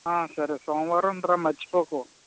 సరే సోమవారం రా మర్చిపోకు